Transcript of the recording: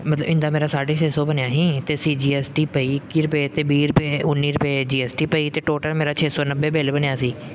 ਮਤਲਬ ਇੱਦਾਂ ਮੇਰਾ ਸਾਢੇ ਛੇ ਸੌ ਬਣਿਆ ਸੀ ਅਤੇ ਸੀ ਜੀ ਐਸ ਟੀ ਪਈ ਇੱਕੀ ਰੁਪਏ ਅਤੇ ਵੀਹ ਰੁਪਏ ਉੱਨੀ ਰੁਪਏ ਜੀ ਐਸ ਟੀ ਪਈ ਅਤੇ ਟੋਟਲ ਮੇਰਾ ਛੇ ਸੌ ਨੱਬੇ ਬਿੱਲ ਬਣਿਆ ਸੀ